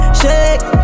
shake